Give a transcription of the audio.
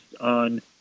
on